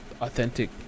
authentic